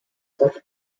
such